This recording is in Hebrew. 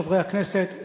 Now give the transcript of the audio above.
חברי הכנסת,